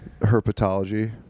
herpetology